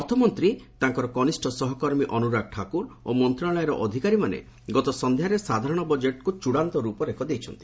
ଅର୍ଥମନ୍ତ୍ରୀ ତାଙ୍କର କନିଷ୍ଠ ସହକର୍ମୀ ଅନ୍ତରାଗ ଠାକୁର ଓ ମନ୍ତ୍ରଶାଳୟର ଅଧିକାରୀମାନେ ଗତ ସନ୍ଧ୍ୟାରେ ସାଧାରଣ ବଜେଟ୍ ଚ୍ଚଡାନ୍ତ ରୂପରେଖ ଦେଇଛନ୍ତି